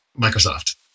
Microsoft